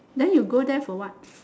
then you go there for what